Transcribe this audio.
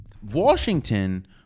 Washington